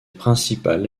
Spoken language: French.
principal